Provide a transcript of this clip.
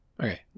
Okay